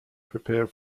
prepare